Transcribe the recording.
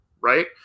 Right